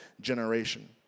generation